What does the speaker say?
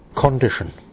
condition